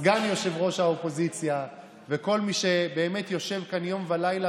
סגן ראש האופוזיציה וכל מי שבאמת יושב כאן יום ולילה